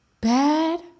bad